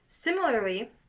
Similarly